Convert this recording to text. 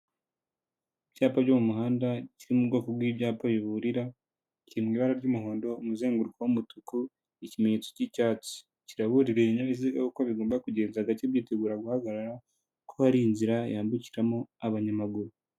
Icyapa cyo mu muhanda kiri mu bwoko bw'ibyapa biburira kiri mu ibara ry'umuhondo umuzenguruko w'umutuku ikimenyetso cy'icyatsi kiraburira ibinyabiziga uko bigomba kugenda gacye byitegura guhagarara ko hari inzira yambukiramo abanyamaguru.